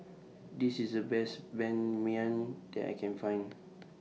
This IS The Best Ban Mian that I Can Find